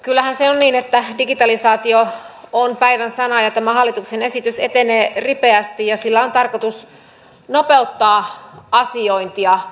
kyllähän se on niin että digitalisaatio on päivän sana ja tämä hallituksen esitys etenee ripeästi ja sillä on tarkoitus nopeuttaa asiointia